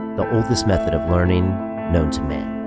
the oldest method of learning known to man.